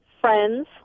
Friends